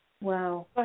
Wow